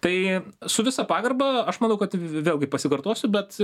tai su visa pagarba aš manau kad vėlgi pasikartosiu bet